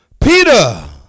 Peter